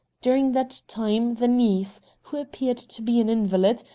during that time the niece, who appeared to be an invalid,